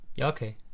Okay